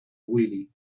willy